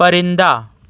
پرندہ